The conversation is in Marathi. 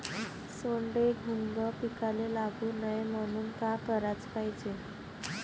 सोंडे, घुंग पिकाले लागू नये म्हनून का कराच पायजे?